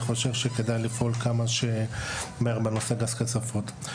אני חושב שכדאי לפעול כמה שיותר מהר בנושא גז הקצפות.